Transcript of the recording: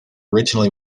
originally